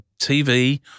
TV